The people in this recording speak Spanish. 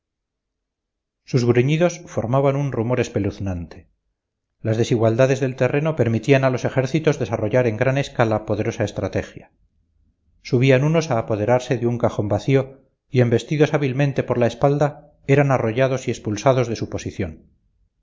sus gruñidos formaban un rumor espeluznante las desigualdades del terreno permitían a los ejércitos desarrollar en gran escala poderosa estrategia subían unos a apoderarse de un cajón vacío y embestidos hábilmente por la espalda eran arrollados y expulsados de su posición